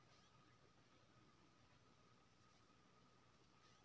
कोनो बिजनेस मे पाइ के आन गेन केस फ्लो कहाइ छै